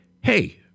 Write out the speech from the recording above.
Hey